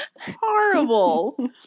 Horrible